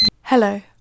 Hello